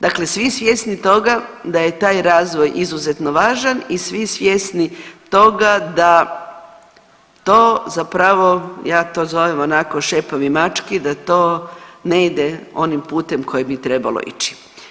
Dakle, svi svjesni toga da je taj razvoj izuzetno važan i svi svjesni toga da to zapravo ja to zovem onako šepavi mački, da to ne ide onim putem kojim bi trebalo ići.